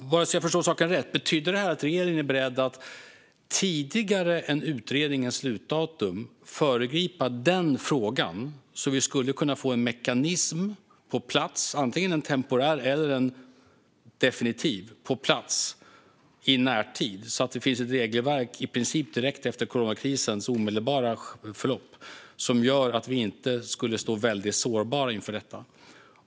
Bara så att jag förstår saken rätt: Betyder detta att regeringen är beredd att tidigare än utredningens slutdatum föregripa denna fråga så att vi kan få en mekanism, antingen en temporär eller en definitiv, på plats i närtid så att det i princip direkt efter coronakrisens omedelbara förlopp finns ett regelverk som gör att vi inte står väldigt sårbara inför detta?